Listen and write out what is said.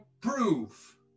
prove